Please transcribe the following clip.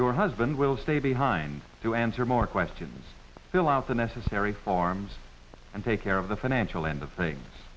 your husband will stay behind to answer more questions fill out the necessary forms and take care of the financial end of things